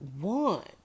want